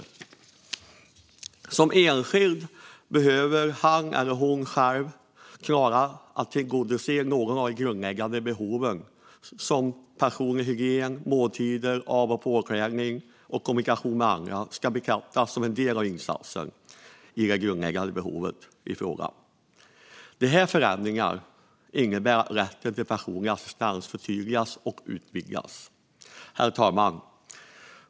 Detta är insatser som en enskild behöver för att han eller hon själv ska klara att tillgodose något av de grundläggande behoven, som personlig hygien, måltider, av och påklädning och kommunikation med andra, och som ska beaktas som en del av hjälpen med det grundläggande behovet i fråga. Dessa förändringar innebär att rätten till personlig assistans förtydligas och utvidgas. Herr talman!